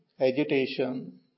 agitation